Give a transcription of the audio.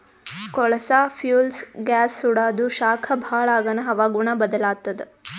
ಕೊಳಸಾ fuels gas ಸುಡಾದು ಶಾಖ ಭಾಳ್ ಆಗಾನ ಹವಾಗುಣ ಬದಲಾತ್ತದ